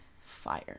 fire